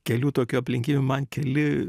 kelių tokių aplinkybių man keli